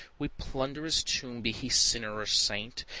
we plunder his tomb, be he sinner or saint,